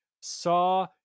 saw